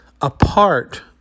apart